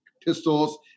pistols